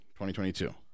2022